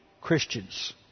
Christian's